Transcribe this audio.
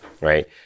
right